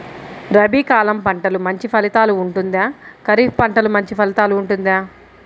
రబీ కాలం పంటలు మంచి ఫలితాలు ఉంటుందా? ఖరీఫ్ పంటలు మంచి ఫలితాలు ఉంటుందా?